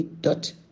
dot